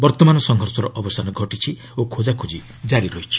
ବର୍ତ୍ତମାନ ସଂଘର୍ଷର ଅବସାନ ଘଟିଛି ଓ ଖୋଜାଖୋଜି ଜାରି ରହିଛି